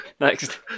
next